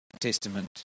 Testament